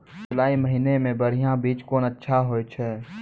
जुलाई महीने मे बढ़िया बीज कौन अच्छा होय छै?